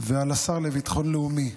ועל השר לביטחון לאומי,